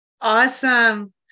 awesome